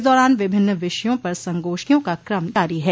इस दौरान विभिन्न विषयों पर संगोष्ठियों का कम जारी है